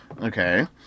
Okay